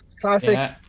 classic